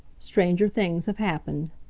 stranger things have happened.